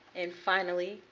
and finally,